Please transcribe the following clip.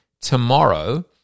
tomorrow